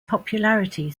popularity